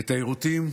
את היירוטים,